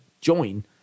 join